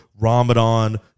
Ramadan